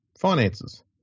finances